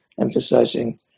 emphasizing